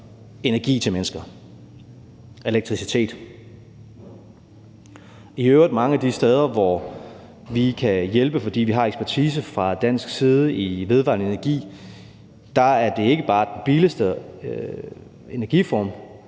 energi til mennesker, elektricitet. Mange af de steder, hvor vi kan hjælpe, fordi vi har ekspertise fra dansk side i vedvarende energi, er vedvarende energi i øvrigt ikke bare den billigste energiform,